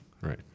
Right